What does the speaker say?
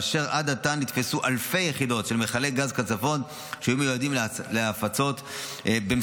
עד עתה נתפסו אלפי יחידות של מכלי גז קצפות שהיו מיועדות להפצה במסיבות.